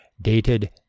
Dated